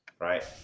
right